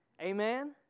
Amen